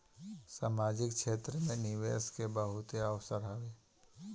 सामाजिक क्षेत्र में निवेश के बहुते अवसर हवे